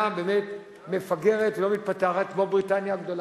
באמת מפגרת ולא מתפתחת כמו בריטניה הגדולה.